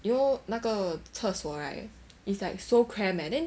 you know 那个厕所 right it's like so cramp leh then